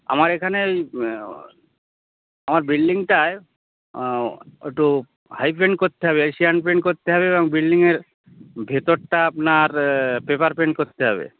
আমার এখানে ঐ আমার বিল্ডিংটায় একটু হাইগ্রেন করতে হবে এশিয়ান পেইন্ট করতে হবে এবং বিল্ডিং এর ভেতরটা আপনার পেপার পেইন্ট করতে হবে